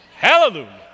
Hallelujah